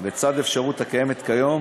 לצד האפשרות, הקיימת כיום